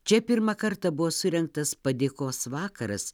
čia pirmą kartą buvo surengtas padėkos vakaras